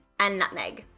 and nutmeg.